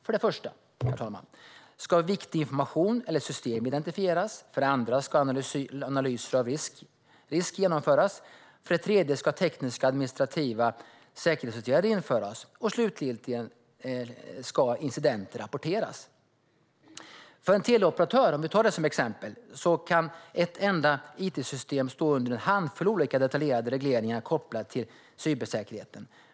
För det första, herr talman, ska viktig information eller viktiga system identifieras. För det andra ska analyser av risk genomföras. För det tredje ska tekniska och administrativa säkerhetsåtgärder införas. Slutligen ska incidenter rapporteras. För en teleoperatör, till exempel, kan ett enda it-system stå under en handfull olika detaljerade regleringar kopplade till cybersäkerheten.